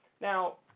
Now